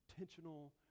intentional